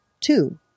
two